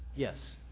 yes.